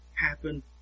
happen